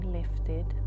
lifted